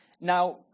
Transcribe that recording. Now